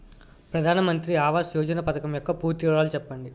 ప్రధాన మంత్రి ఆవాస్ యోజన పథకం యెక్క పూర్తి వివరాలు చెప్పండి?